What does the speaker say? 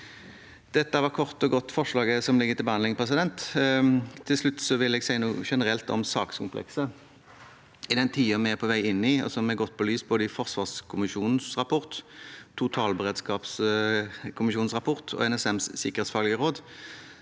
Dette var kort og godt forslaget som ligger til behandling. Til slutt vil jeg si noe generelt om sakskomplekset. I den tiden vi er på vei inn i, og som er godt belyst både i forsvarskommisjonens rapport, totalberedskapskommisjonens rapport og NSMs sikkerhetsfaglige råd,